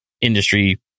industry